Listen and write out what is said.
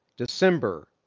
December